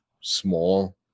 small